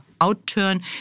outturn